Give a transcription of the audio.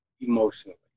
Emotionally